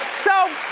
so